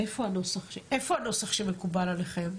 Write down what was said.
איפה הנוסח שמקובל עליכם?: